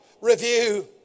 review